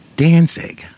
Dancing